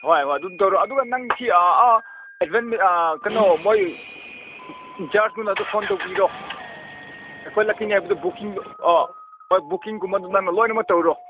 ꯍꯣꯏ ꯍꯣꯏ ꯑꯗꯨꯝ ꯇꯧꯔꯣ ꯑꯗꯨꯒ ꯅꯪꯁꯤ ꯀꯩꯅꯣ ꯃꯣꯏ ꯒ꯭ꯌꯥꯁꯇꯨꯅ ꯑꯗꯨ ꯐꯣꯟ ꯇꯧꯕꯤꯔꯣ ꯑꯩꯈꯣꯏ ꯂꯥꯛꯀꯅꯤ ꯍꯥꯏꯕꯗꯨ ꯕꯨꯛꯀꯤꯡꯗꯣ ꯑꯥ ꯑꯥ ꯕꯨꯛꯀꯤꯡꯒꯨꯝꯕꯗꯨ ꯅꯪꯅ ꯂꯣꯏꯅꯃꯛ ꯇꯧꯔꯣ